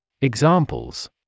Examples